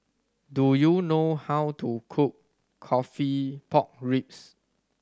do you know how to cook coffee pork ribs